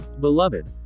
Beloved